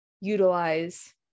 utilize